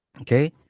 okay